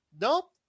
Nope